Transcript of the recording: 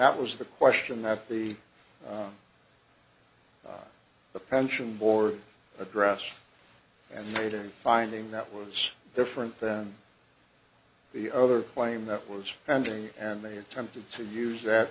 that was the question that the the pension board address and made a finding that was different than the other claim that was foundering and they attempted to use that